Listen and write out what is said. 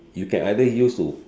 you can either use to